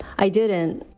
i didn't